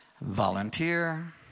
Volunteer